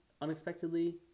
unexpectedly